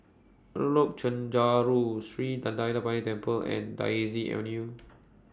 Chencharu Sri Thendayuthapani Temple and Daisy Avenue